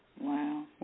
Wow